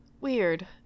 weird